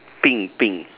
pink pink